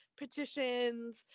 petitions